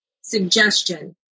suggestion